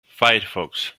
firefox